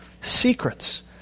Secrets